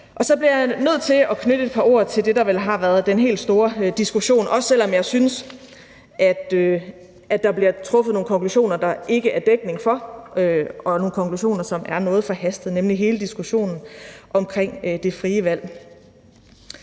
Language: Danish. os. Så bliver jeg nødt til at knytte et par ord til det, der vel har været den helt store diskussion, også selv om jeg synes, at der bliver draget nogle konklusioner, der ikke er dækning for, og nogle konklusioner, der er noget forhastet, nemlig hele diskussionen om det frie valg.